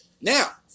Now